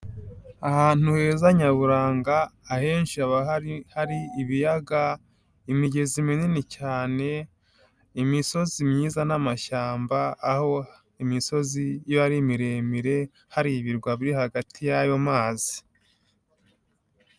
Ahantu heza nyaburanga, ahenshi haba hari ibiyaga, imigezi minini cyane, imisozi myiza n'amashyamba, aho imisozi iyo ari miremire hari ibirwa biri hagati y'ayo mazi.